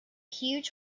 huge